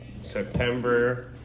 September